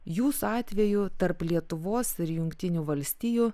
jūsų atvejų tarp lietuvos ir jungtinių valstijų